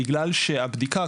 בגלל שהבדיקה,